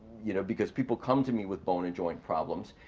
you know, because people come to me with bone and joint problems,